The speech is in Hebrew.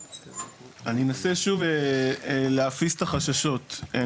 אני אנסה שוב להפיס את החששות.